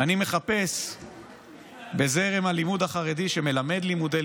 אני מחפש בזרם הלימוד החרדי שמלמד לימודי